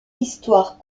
histoires